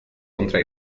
contra